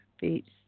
beats